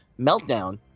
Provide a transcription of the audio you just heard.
Meltdown